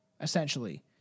essentially